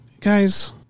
guys